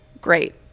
Great